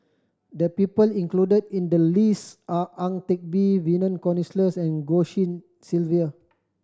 the people include in the list are Ang Teck Bee Vernon Cornelius and Goh Tshin Sylvia